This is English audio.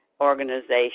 organization